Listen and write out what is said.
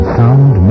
sound